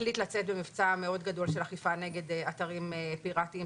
החליט לצאת במבצע מאוד גדול של אכיפה נגד אתרים פירטיים.